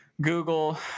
Google